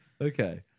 Okay